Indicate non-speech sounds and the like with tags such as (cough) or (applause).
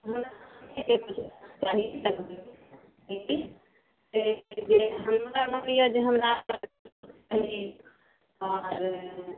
(unintelligible) हमरा मोन होइए जे हमरा (unintelligible) आओर